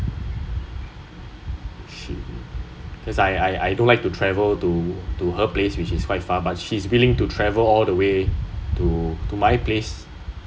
she because I I don't like to travel to to her place which is quite far but she's willing to travel all the way to to my place